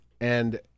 And-